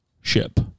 ship